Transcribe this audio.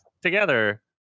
together